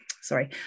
sorry